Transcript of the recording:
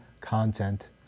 content